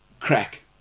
crack